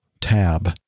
tab